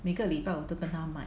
每个礼拜我都跟他买